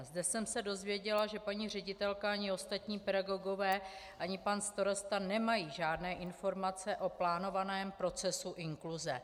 Zde jsem se dozvěděla, že paní ředitelka ani ostatní pedagogové a ani pan starosta nemají žádné informace o plánovaném procesu inkluze.